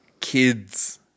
kids